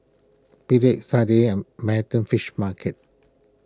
Picard Sadia and Manhattan Fish Market